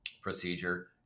procedure